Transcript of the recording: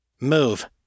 Move